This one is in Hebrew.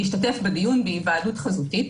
להשתתף בדיון בהיוועדות חזותית.